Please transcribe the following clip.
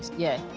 yeah.